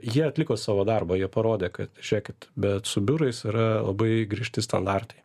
jie atliko savo darbą jie parodė kad žėkit bet su biurais yra labai griežti standartai